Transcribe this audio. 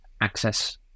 access